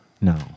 No